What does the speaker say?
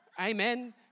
Amen